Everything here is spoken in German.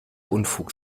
unfug